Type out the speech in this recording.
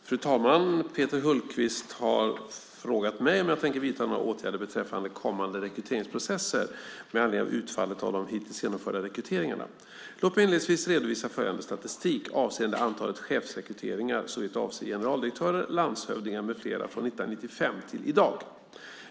Fru talman! Peter Hultqvist har frågat mig om jag tänker vidta några åtgärder beträffande kommande rekryteringsprocesser med anledning av utfallet av de hittills genomförda rekryteringarna. Låt mig inledningsvis redovisa följande statistik avseende antalet chefsrekryteringar såvitt avser generaldirektörer, landshövdingar med flera från 1995 till i dag.